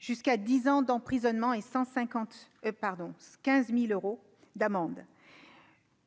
jusqu'à dix ans d'emprisonnement et 15 000 euros d'amende.